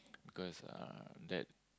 because uh that